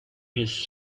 his